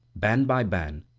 band by band,